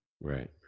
Right